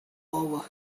over